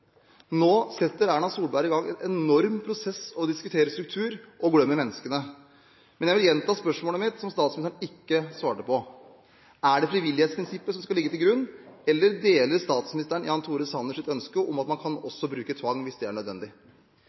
Nå setter Erna Solberg i gang en enorm prosess og diskuterer struktur, men glemmer menneskene. Jeg vil gjenta spørsmålet mitt, som statsministeren ikke svarte på: Er det frivillighetsprinsippet som skal ligge til grunn, eller deler statsministeren Jan Tore Sanners ønske om at man også kan bruke tvang hvis det er nødvendig?